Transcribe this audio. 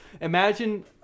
imagine